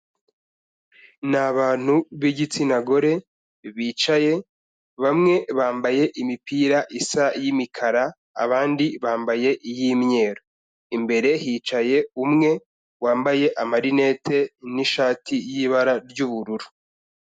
Ni abantu b'igitsina gore bicaye, bamwe bambaye imipira isa y'imikara, abandi bambaye iy'imyeru. Imbere hicaye umwe wambaye amarinete n'ishati y'ibara ry'ubururu.